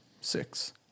six